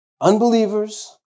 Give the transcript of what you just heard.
unbelievers